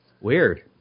Weird